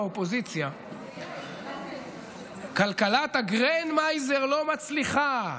באופוזיציה: כלכלת הגרנדמייזר לא מצליחה,